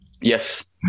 yes